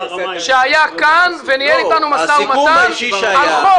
שהיה כאן וניהל אתנו משא ומתן על חוק